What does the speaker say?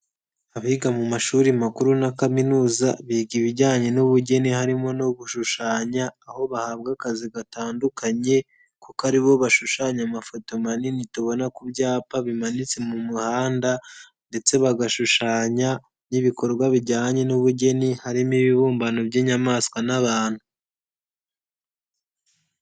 Abiga mu mashuri makuru na kaminuza biga ibijyanye n'ubugeni harimo no gushushanya, aho bahabwa akazi gatandukanye kuko ari bo bashushanya amafoto manini tubona ku byapa bimanitse mu muhanda ndetse bagashushanya n'ibikorwa bijyanye n'ubugeni, harimo ibibumbano by'inyamaswa n'abantu.